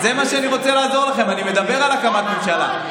בזה אני רוצה לעזור לכם, אני מדבר על הקמת ממשלה.